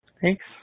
Thanks